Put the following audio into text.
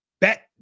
bet